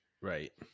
Right